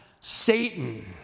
Satan